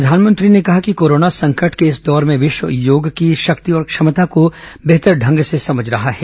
प्रधानमंत्री ने कहा कि कोरोना संकट के इस दौर में विश्व योग की शक्ति और क्षमता को बेहतर ढंग से समझ रहा है